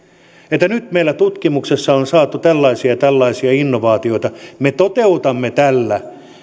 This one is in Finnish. että nyt meillä tutkimuksessa on saatu tällaisia ja tällaisia innovaatioita me toteutamme tällä